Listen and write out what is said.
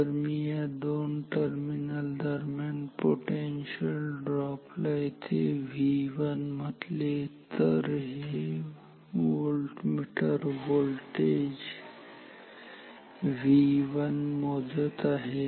जर मी या दोन टर्मिनल दरम्यान पोटेन्शियल ड्रॉपला येथे V1 म्हटले तर हे व्होल्टमीटर व्होल्टेज V1 मोजत आहे